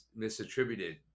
misattributed